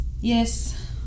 Yes